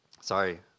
Sorry